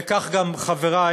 וכך גם חברי,